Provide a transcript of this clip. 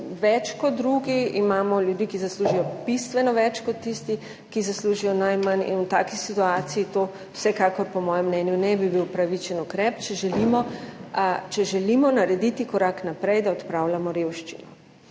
več kot drugi, imamo ljudi, ki zaslužijo bistveno več kot tisti, ki zaslužijo najmanj, in v taki situaciji to vsekakor po mojem mnenju ne bi bil pravičen ukrep, če želimo narediti korak naprej, da odpravljamo revščino.